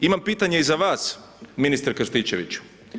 Imam pitanje i za vas ministre Krstičeviću.